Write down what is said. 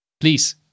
please